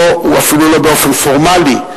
פה זה אפילו לא באופן פורמלי.